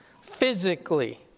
physically